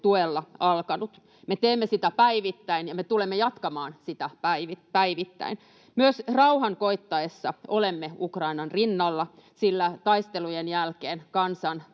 tuella alkanut. Me teemme sitä päivittäin, ja me tulemme jatkamaan sitä päivittäin. Myös rauhan koittaessa olemme Ukrainan rinnalla, sillä taistelujen jälkeen kansan